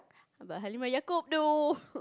but Halimah-Yacob though